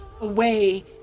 away